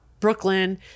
Brooklyn